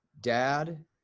dad